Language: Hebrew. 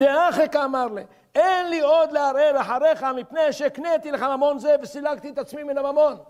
דהכי קאמר ליה, אין לי עוד לערער אחריך מפני שהקניתי לך ממון זה וסלקתי את עצמי מן הממון